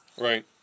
Right